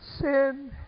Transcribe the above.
sin